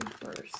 first